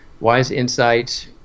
wiseinsights